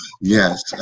Yes